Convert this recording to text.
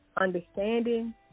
understanding